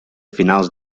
finals